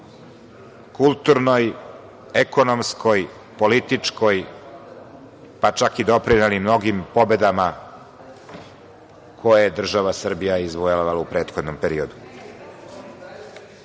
kulturnoj, ekonomskoj, političkoj, pa čak i doprineli mnogim pobedama koje je država Srbija izvojevala u prethodnom periodu. Ne